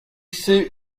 sait